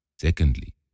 Secondly